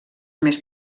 més